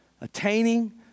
attaining